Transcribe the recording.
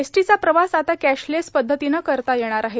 एसटीचा प्रवास आता कॅशलेस पध्दतीनं करता येणार आहे